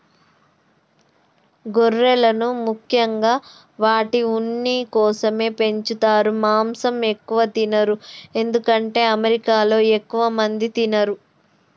గొర్రెలను ముఖ్యంగా వాటి ఉన్ని కోసమే పెంచుతారు మాంసం ఎక్కువ తినరు ఎందుకంటే అమెరికాలో ఎక్కువ మంది తినరు